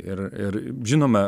ir ir žinoma